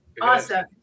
Awesome